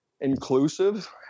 inclusive